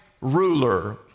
ruler